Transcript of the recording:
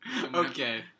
Okay